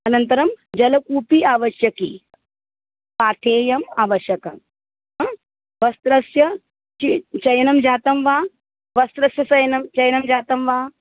अनन्तरं जलकूपी आवश्यकी पाथेयम् आवश्यकं वस्त्रस्य किं चयनं जातं वा वस्त्रस्य चयनं चयनं जातं वा